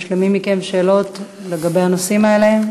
יש למי מכם שאלות לגבי הנושאים האלה?